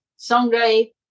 Someday